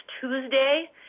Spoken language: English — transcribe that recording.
Tuesday